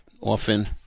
often